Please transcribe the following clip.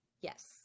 Yes